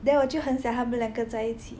then 我就很想他们两个在一起